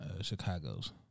Chicago's